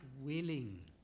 willing